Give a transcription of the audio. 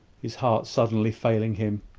his heart suddenly failing him.